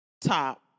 top